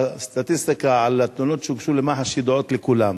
והסטטיסטיקה על התלונות שהוגשו למח"ש ידועה לכולם.